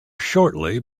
shortly